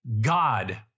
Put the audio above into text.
God